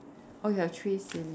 oh you have three silly